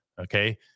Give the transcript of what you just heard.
okay